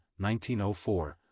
1904